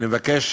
אני מבקש